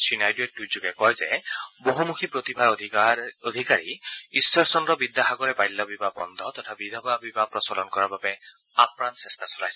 শ্ৰীনাইডুৱে টুইটযোগে কয় যে বহুমুখী প্ৰতিভাৰ অধিকাৰী ঈশ্বৰ চদ্ৰ বিদ্যাসাগৰে বাল্য বিবাহ বন্ধ তথা বিধৱা বিবাহ প্ৰচলন কৰাৰ বাবে আপ্ৰাণ চেষ্টা চলাইছিল